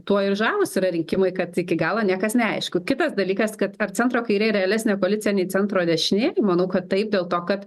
tuo ir žavūs yra rinkimai kad iki galo niekas neaišku kitas dalykas kad centro kairėj realesnė koalicija nei centro dešinėj manau kad taip dėl to kad